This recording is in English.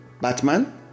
Batman